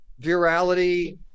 virality